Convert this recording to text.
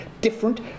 different